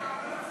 סעיפים 1 7